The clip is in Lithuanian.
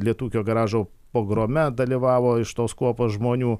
lietūkio garažo pogrome dalyvavo iš tos kuopos žmonių